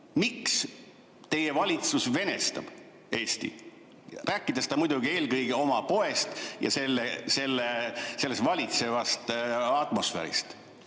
miks teie valitsus venestab Eestit? Rääkis ta muidugi eelkõige oma poest ja selles valitsevast atmosfäärist,